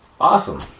awesome